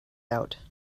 out